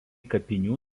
kapinių